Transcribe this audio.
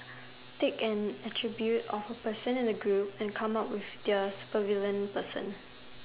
take an attribute of a person in a group and come up with their super villain person